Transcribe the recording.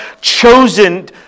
chosen